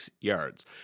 yards